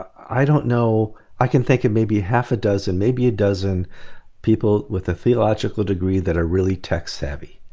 i don't know i can think of maybe half a dozen, maybe a dozen people with a theological degree that are really tech savvy.